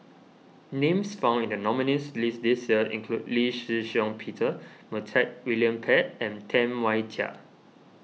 names found in the nominees' list this year include Lee Shih Shiong Peter Montague William Pett and Tam Wai Jia